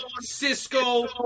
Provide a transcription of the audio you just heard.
Cisco